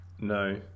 no